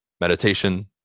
Meditation